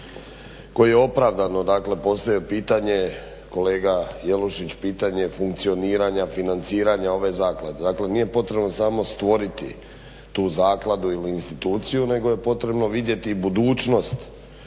koji je opravdano postavio pitanje, kolega Jelušić pitanje funkcioniranja, financiranja ove zaklade. Dakle, nije potrebno samo stvoriti tu zakladu ili instituciju, nego je potrebno vidjeti i budućnost,